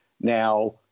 Now